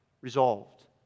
Resolved